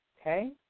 Okay